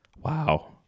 Wow